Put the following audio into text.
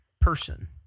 person